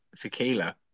tequila